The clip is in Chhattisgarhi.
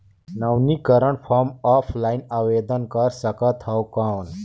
नवीनीकरण फारम ऑफलाइन आवेदन कर सकत हो कौन?